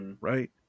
Right